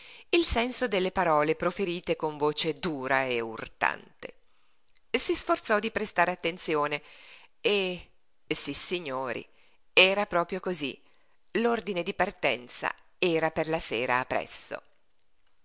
il senso delle parole proferite con voce dura e urtante si sforzò di prestar attenzione e sissignori era proprio cosí l'ordine di partenza era per la sera del giorno appresso